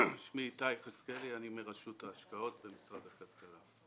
מרשות ההשקעות במשרד הכלכלה.